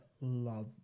love